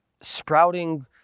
sprouting